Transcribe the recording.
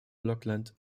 blokland